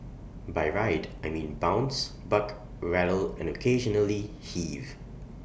by ride I mean bounce buck rattle and occasionally heave